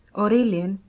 aurelian,